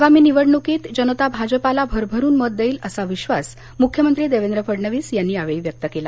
आगामी निवडणुकीत जनता भाजपाला भरभरून मत देईल असा विश्वास मुख्यमंत्री देवेंद्र फडणवीस यांनी यावेळी व्यक्त केला